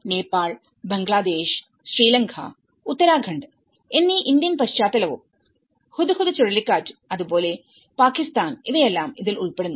നേപ്പാൾ ബംഗ്ലാദേശ് ശ്രീലങ്ക ഉത്തരാഖണ്ഡ് എന്നീ ഇന്ത്യൻ പശ്ചാത്തലവും ഹുദ്ഹുദ് ചുഴലിക്കാറ്റ്അതുപോലെ പാകിസ്ഥാൻ ഇവയെല്ലാം ഇതിൽ ഉൾപ്പെടുന്നു